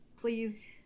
Please